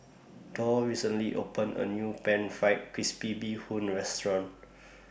Dorr recently opened A New Pan Fried Crispy Bee Hoon Restaurant